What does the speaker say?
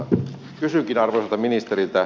kysynkin arvoisalta ministeriltä